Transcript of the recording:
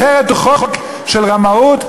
אחרת הוא חוק של רמאות,